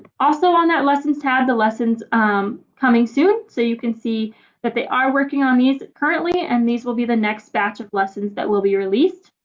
also on that lessons tab is the lessons um coming soon. so you can see that they are working on these currently and these will be the next batch of lessons that will be released.